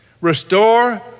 Restore